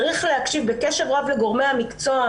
צריך להקשיב בקשב רב לגורמי המקצוע.